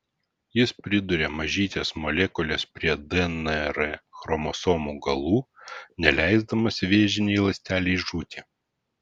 jis priduria mažytes molekules prie dnr chromosomų galų neleisdamas vėžinei ląstelei žūti